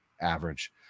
average